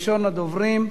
הצעות לסדר-היום מס'